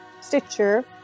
stitcher